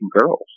girls